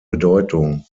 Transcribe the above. bedeutung